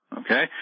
okay